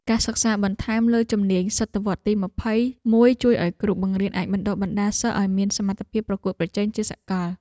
ការសិក្សាបន្ថែមលើជំនាញសតវត្សទីម្ភៃមួយជួយឱ្យគ្រូបង្រៀនអាចបណ្តុះបណ្តាលសិស្សឱ្យមានសមត្ថភាពប្រកួតប្រជែងជាសកល។